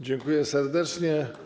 Dziękuję serdecznie.